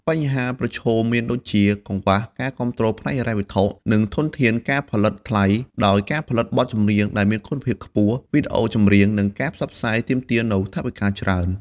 បញ្ហាប្រឈមមានដូចជា កង្វះការគាំទ្រផ្នែកហិរញ្ញវត្ថុ និងធនធានការផលិតថ្លៃ ដោយការផលិតបទចម្រៀងដែលមានគុណភាពខ្ពស់ វីដេអូចម្រៀង និងការផ្សព្វផ្សាយទាមទារនូវថវិកាច្រើន។